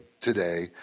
today